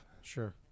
Sure